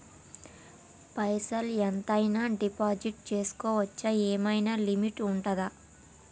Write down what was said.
పైసల్ ఎంత అయినా డిపాజిట్ చేస్కోవచ్చా? ఏమైనా లిమిట్ ఉంటదా?